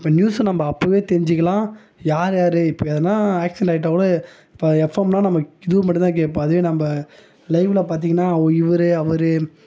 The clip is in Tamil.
அப்போ நியூஸை நம்ம அப்பவே தெரிஞ்சிக்கலாம் யார் யார் இப்போ எதனால் ஆக்சிடெண்ட் ஆயிட்டால் கூட இப்போ எஃப்எம்னால் நம்ம இதுவும் மட்டும் தான் கேப்போம் அதுவே நம்ம லைவ்ல பார்த்தீங்கன்னா வொ இவர் அவர்